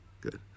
Good